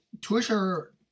Twitter